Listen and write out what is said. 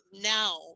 now